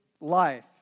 life